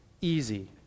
easy